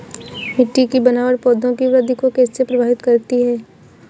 मिट्टी की बनावट पौधों की वृद्धि को कैसे प्रभावित करती है?